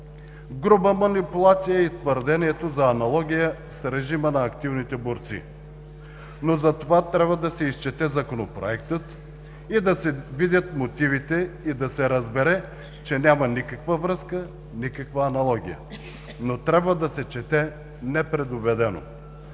Груба манипулация е и твърдението за аналогия с режима на активните борци, но затова трябва да се изчете Законопроектът и да се видят мотивите, и да се разбере, че няма никаква връзка, никаква аналогия, но трябва да се чете непредубедено.